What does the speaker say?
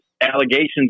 allegations